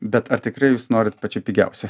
bet ar tikrai jūs norit pačių pigiausių